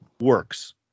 works